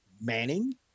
Manning